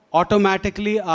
automatically